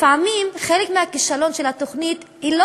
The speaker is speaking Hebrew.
לפעמים חלק מהכישלון של התוכנית הוא לא